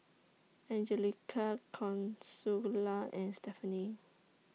Angelica Consuela and Stephanie